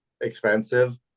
expensive